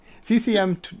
ccm